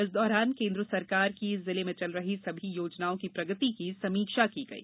इस दौरान केंद्र सरकार की जिले में चल रही सभी योजनाओं की प्रगति की समीक्षा की गई